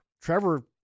Trevor